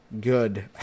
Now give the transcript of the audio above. good